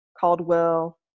Caldwell